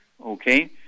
Okay